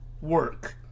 work